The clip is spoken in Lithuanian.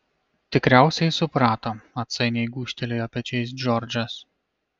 tikriausiai suprato atsainiai gūžtelėjo pečiais džordžas